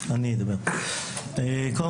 נכון